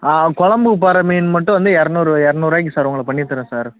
ஆ கொழம்புக்கு போடுற மீன் மட்டும் வந்து இரநூறுவா இரநூறுவாய்க்கி சார் உங்களுக்கு பண்ணித்தரேன் சார்